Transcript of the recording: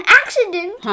accident